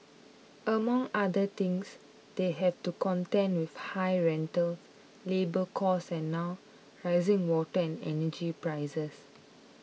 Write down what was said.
among other things they have to contend with high rentals labour costs and now rising water and energy prices